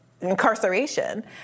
incarceration